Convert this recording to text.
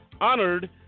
honored